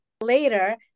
later